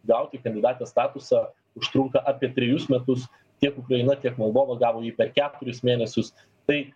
gauti kandidatės statusą užtrunka apie trijus metus tiek ukraina tiek moldova gavo jį per keturis mėnesius tai